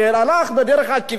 הלך בדרך עקיפין,